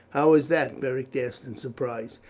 how is that? beric asked in surprise.